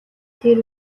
тэр